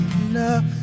enough